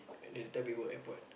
the interviewer airport